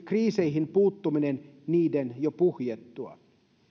kriiseihin puuttuminen niiden jo puhjettua